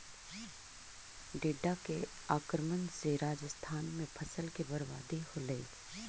टिड्डा के आक्रमण से राजस्थान में फसल के बर्बादी होलइ